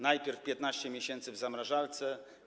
Najpierw 15 miesięcy w zamrażarce.